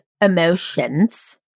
emotions